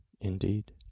Indeed